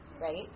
right